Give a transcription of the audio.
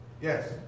Yes